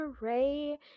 hooray